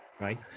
right